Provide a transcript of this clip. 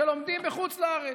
שלומדים בחוץ לארץ.